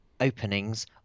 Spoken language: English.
openings